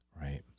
Right